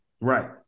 Right